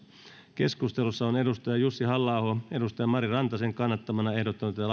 keskustelussa on jussi halla aho mari rantasen kannattamana ehdottanut että